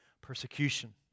persecution